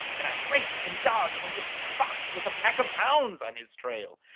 and i race and dodge like a fox with a pack of hounds on his trail.